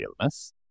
illness